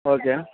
okay